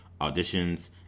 auditions